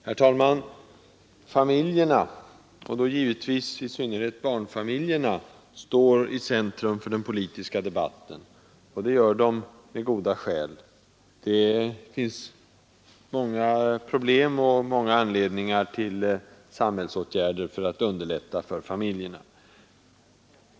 Herr talman! Familjerna, och i synnerhet då givetvis barnfamiljerna, står i centrum för den politiska debatten. Det gör de av goda skäl. De har många problem, och det finns anledning till åtskilliga samhällsåtgärder för att underlätta för familjerna.